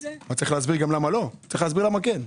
לא צריך להסביר למה לא אלא למה כן.